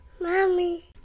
mommy